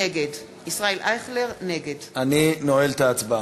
נגד ישראל אייכלר נגד אני נועל את ההצבעה.